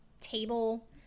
table